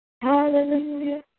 Hallelujah